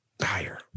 higher